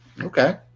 Okay